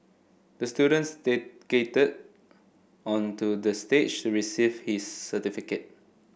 the student stay onto the stage to receive his certificate